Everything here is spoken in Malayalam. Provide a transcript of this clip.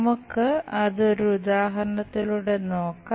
നമുക്ക് അത് ഒരു ഉദാഹരണത്തിലൂടെ നോക്കാം